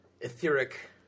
Etheric